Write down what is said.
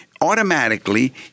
automatically